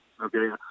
okay